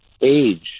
age